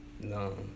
No